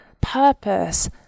purpose